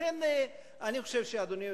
לכן אני חושב, אדוני היושב-ראש,